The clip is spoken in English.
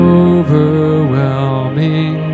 overwhelming